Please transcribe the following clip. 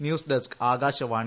news desk Akashvani